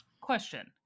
Question